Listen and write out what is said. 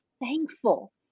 thankful